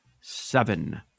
seven